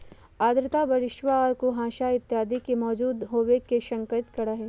आर्द्रता बरिशवा और कुहसवा इत्यादि के मौजूद होवे के संकेत करा हई